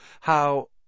how—